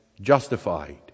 justified